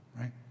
right